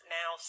now